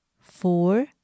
four